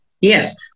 Yes